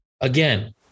Again